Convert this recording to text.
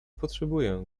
potrzebuję